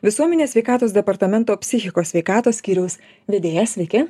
visuomenės sveikatos departamento psichikos sveikatos skyriaus vedėjas sveiki